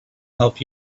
help